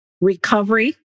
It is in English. recovery